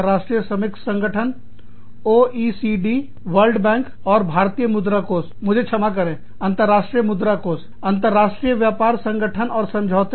अंतर्राष्ट्रीय श्रमिक संगठन OECD वर्ल्ड बैंक और भारतीय मुद्रा कोष मुझे क्षमा करें अंतर्राष्ट्रीय मुद्रा कोष अंतरराष्ट्रीय व्यापार संगठन और समझौते